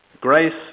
grace